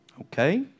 Okay